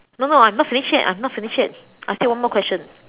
no no I'm not finished yet I'm not finished yet I still have one more question